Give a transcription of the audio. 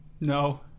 No